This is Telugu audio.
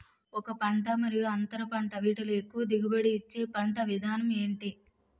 ఒక పంట మరియు అంతర పంట వీటిలో ఎక్కువ దిగుబడి ఇచ్చే పంట విధానం ఏంటి?